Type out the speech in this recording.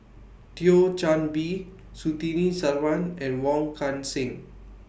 Thio Chan Bee Surtini Sarwan and Wong Kan Seng